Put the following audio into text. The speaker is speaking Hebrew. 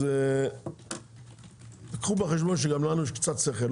אז קחו בחשבון שגם לנו יש קצת שכל,